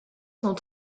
sont